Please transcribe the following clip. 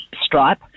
stripe